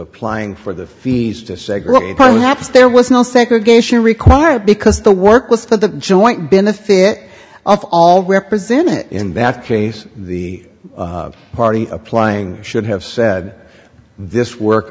applying for the fees to segregate perhaps there was no segregation required because the work was for the joint benefit of all represented in that case the party applying should have said this work